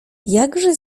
jakże